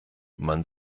man